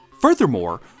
Furthermore